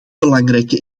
belangrijke